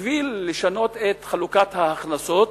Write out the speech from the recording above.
בשביל לשנות את חלוקת ההכנסות,